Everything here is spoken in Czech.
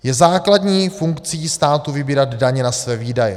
Je základní funkcí státu vybírat daně na své výdaje.